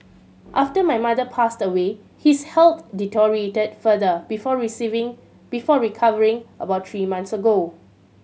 after my mother passed away his health deteriorated further before before recovering about three months ago